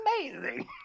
amazing